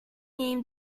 named